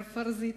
הער פורזיצער,